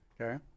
Okay